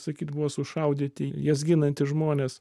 sakyt buvo sušaudyti jas ginantys žmonės